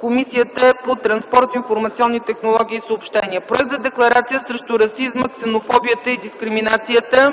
Комисията по транспорт, информационни технологии и съобщения. Проект за Декларация срещу расизма, ксенофобията и дискриминацията.